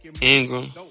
Ingram